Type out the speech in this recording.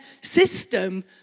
system